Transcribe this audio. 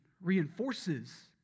reinforces